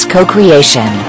Co-Creation